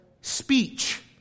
speech